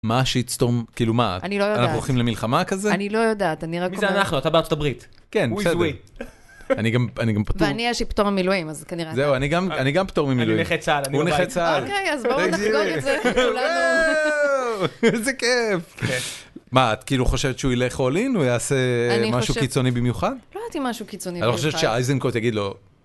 מה שיטסטורם, כאילו מה, אנחנו הולכים למלחמה כזה? אני לא יודעת, אני רק... מי זה אנחנו? אתה בארצות הברית. כן, בסדר. אני גם פטור. ואני יש לי פטור ממילואים, אז כנראה... זהו, אני גם פטור ממילואים. אני נכה צהל, אני בבית. הוא נכה צהל. אוקיי, אז בואו נחגוג את זה כולנו. איזה כיף. מה, את כאילו חושבת שהוא ילך all in ויעשה משהו קיצוני במיוחד? לא יודעת אם משהו קיצוני במיוחד. אני חושב שאיזנקוט יגיד לא...